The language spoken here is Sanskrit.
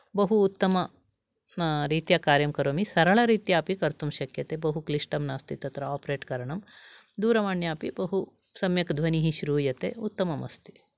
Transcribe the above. बहु उत्तम रीत्या कार्यं करोमि सरळरीत्या अपि कर्तुं शक्यते बहु क्लिष्टं नास्ति तत्र आपरेट् करणं दूरवाण्या अपि बहु सम्यक् ध्वनिः श्रूयते उत्तममस्ति